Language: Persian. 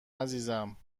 عزیزم